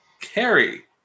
Carrie